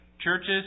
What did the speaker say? Churches